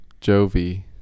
Jovi